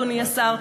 אדוני השר,